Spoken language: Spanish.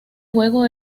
juego